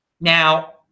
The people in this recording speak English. Now